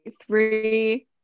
three